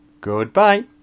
Goodbye